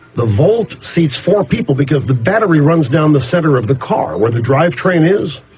the volt seats four people because the battery runs down the centre of the car, where the drive train is.